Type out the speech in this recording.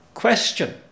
question